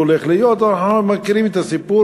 אנחנו מכירים את הסיפור.